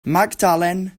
magdalen